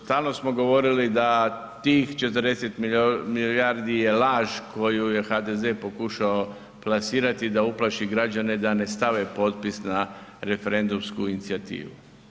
Stalno smo govorili da tih 40 milijardi je laž koju je HDZ pokušao plasirati da uplaši građane da ne stave potpis na referendumsku inicijativu.